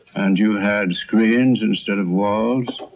and you had screens instead of walls.